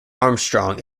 armstrong